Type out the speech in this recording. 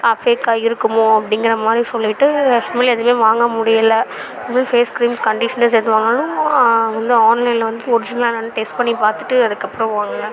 ஃபேக்காக இருக்குமோ அப்படிங்குற மாதிரி சொல்லிட்டு இனிமேல் எதுவுமே வாங்க முடியல அப்புறம் ஃபேஸ் ஃகிரீம் கண்டிஸ்னர்ஸ் எது வாங்கினாலும் நான் வந்து ஆன்லைனில் வந்து ஒரிஜினலாக என்னென்னு டெஸ்ட் பண்ணி பார்த்துட்டு அதுக்கப்புறம் வாங்கினேன்